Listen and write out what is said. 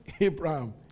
Abraham